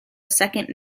second